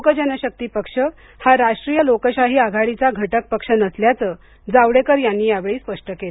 लोक जनशक्ती पक्ष हा राष्ट्रीय लोकशाही आघाडीचा घटकपक्ष नसल्याचं जावडेकर यांनी यावेळी स्पष्ट केलं